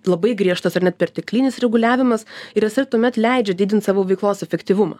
labai griežtas ar net perteklinis reguliavimas ir jisai tuomet leidžia didint savo veiklos efektyvumą